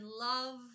love